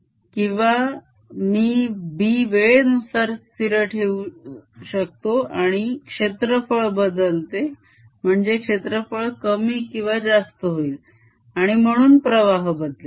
किंवा मी B वेळेनुसार स्थिर ठेऊ शकतो पण क्षेत्रफळ बदलते म्हणजे क्षेत्रफळ कमी किंवा जास्त होईल आणि म्हणून प्रवाह बदलेल